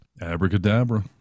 abracadabra